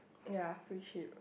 ya free